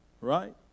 right